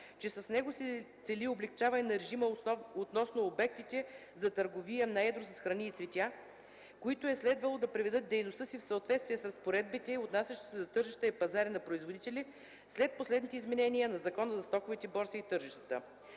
че с него се цели облекчаване на режима относно обектите за търговия на едро с храни и цветя, които е следвало да приведат дейността си в съответствие с разпоредбите, отнасящи се за тържищата и пазарите на производители, след последните изменения на Закона за стоковите борси и тържищата.